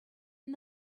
and